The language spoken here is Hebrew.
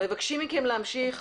מבקשים מכם להמשיך.